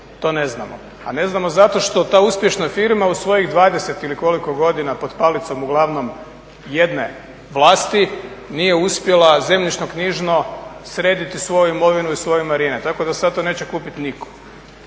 to ne znamo. A ne znamo zato što ta uspješna firma u svojih 20 ili koliko godina pod palicom uglavnom jedne vlasti nije uspjela zemljišno-knjižno srediti svoju imovinu i svoje marine. Tako da sad to neće kupiti nitko.